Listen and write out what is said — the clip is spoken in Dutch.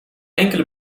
enkele